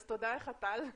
אז תודה טל.